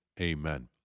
Amen